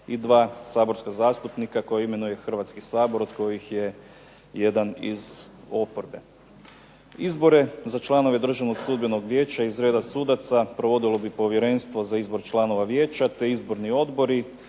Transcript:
i 2 saborska zastupnika koje imenuje Hrvatski sabor od kojih je jedan iz oporbe. Izbore za članove Državnog sudbenog vijeća iz reda sudaca provodilo bi Povjerenstvo za izbor članova vijeća te izborni odbori.